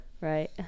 right